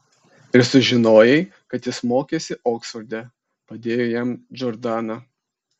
ir sužinojai kad jis mokėsi oksforde padėjo jam džordana